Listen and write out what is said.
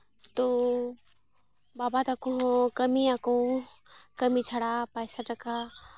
ᱛᱚ ᱵᱟᱵᱟ ᱛᱟᱠᱚ ᱦᱚᱸ ᱠᱟᱹᱢᱤᱭᱟᱠᱚ ᱠᱟᱹᱢᱤ ᱪᱷᱟᱲᱟ ᱯᱚᱭᱥᱟ ᱴᱟᱠᱟ